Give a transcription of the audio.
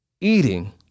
eating